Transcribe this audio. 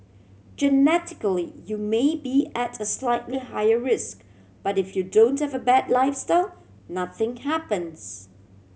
genetically you may be at a slightly higher risk but if you don't have a bad lifestyle nothing happens